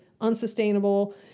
unsustainable